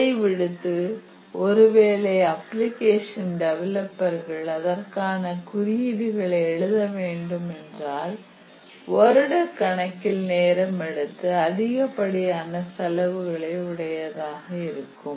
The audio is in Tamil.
அதைவிடுத்து ஒருவேளை அப்பிளிகேஷன் டெவலப்பர்கள் அதற்கான குறியீடுகளை எழுத வேண்டுமென்றால் வருடக்கணக்கில் நேரமெடுத்து அதிகப்படியான செலவுகளை உடையதாக இருக்கும்